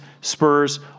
Spurs